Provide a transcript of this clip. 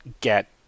get